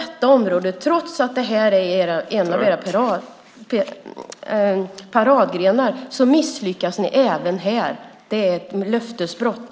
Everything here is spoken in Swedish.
Trots att detta är en av era paradgrenar misslyckas ni även här. Det är ett löftesbrott.